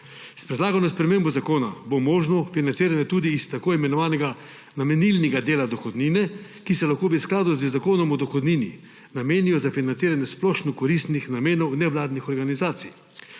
S predlagano spremembo zakona bo možno financiranje tudi iz tako imenovanega namenilnega dela dohodnine, ki se lahko v skladu z Zakonom o dohodnini nameni za financiranje splošno koristnih namenov nevladnih organizacij.